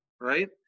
right